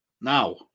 Now